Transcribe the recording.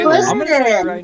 Listen